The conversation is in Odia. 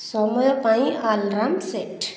ସମୟ ପାଇଁ ଆଲାର୍ମ ସେଟ୍